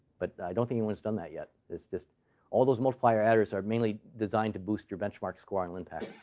but i don't think anyone has done that yet. it's just all those multiplier adders are mainly designed to boost your benchmark score on linpack.